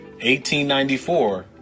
1894